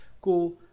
cool